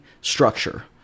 structure